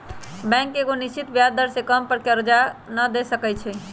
bank एगो निश्चित ब्याज दर से कम पर केकरो करजा न दे सकै छइ